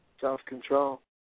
self-control